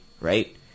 right